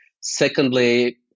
Secondly